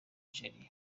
nigeria